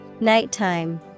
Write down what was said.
nighttime